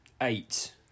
eight